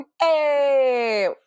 hey